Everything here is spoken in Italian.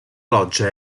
loggia